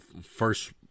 first